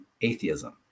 atheism